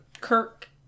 Kirk